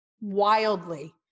wildly